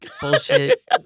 bullshit